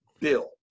Bill